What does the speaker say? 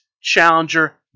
challenger